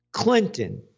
Clinton